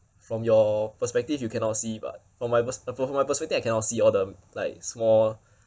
from your perspective you cannot see but from my pers~ from my perspective I cannot see all the like small